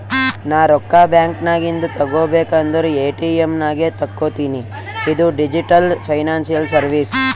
ನಾ ರೊಕ್ಕಾ ಬ್ಯಾಂಕ್ ನಾಗಿಂದ್ ತಗೋಬೇಕ ಅಂದುರ್ ಎ.ಟಿ.ಎಮ್ ನಾಗೆ ತಕ್ಕೋತಿನಿ ಇದು ಡಿಜಿಟಲ್ ಫೈನಾನ್ಸಿಯಲ್ ಸರ್ವೀಸ್